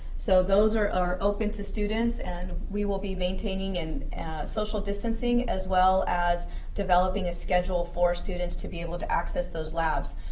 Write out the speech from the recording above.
so those are are open to students, and we will be maintaining and social distancing as well as developing a schedule for students to be able to access those labs.